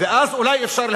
ואז אולי אפשר,